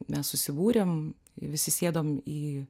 mes susibūrėm visi sėdom į